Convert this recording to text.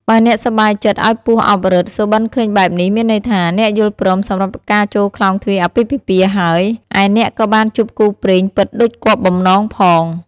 បើអ្នកសប្បាយចិត្តឲ្យពស់អោបរឹត សុបិនឃើញបែបនេះ មានន័យថា អ្នកយល់ព្រមសម្រាប់ការចូលខ្លោងទ្វារអាពាហ៍ពិពាហ៍ហើយ ឯអ្នកក៏បានជួបគូព្រេងពិតដូចគាប់បំណងផង៕